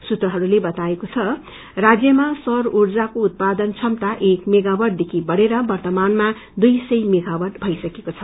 सूत्रहरूले बताएको द राज्यमा सौर ऊर्जाको उत्पादन क्षमता एक मेघावाद देखि बढेर वव्रमानामा दुई सय मेघावाट भइसकेको छ